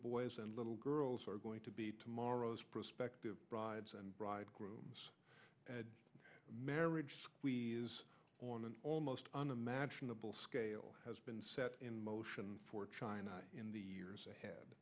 boys and little girls are going to be tomorrow's prospective brides and bridegrooms marriage is on an almost unimaginable scale has been set in motion for china in the years ahead